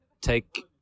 take